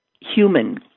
human